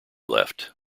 left